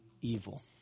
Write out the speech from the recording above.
evil